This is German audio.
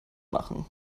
machen